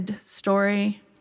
story